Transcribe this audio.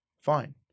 fine